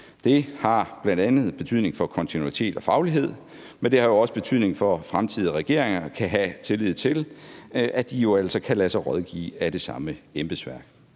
Det har bl.a. betydning for kontinuitet og faglighed, men det har også betydning for, at fremtidige regeringer kan have tillid til, at de jo altså kan lade sig rådgive af det samme embedsværk.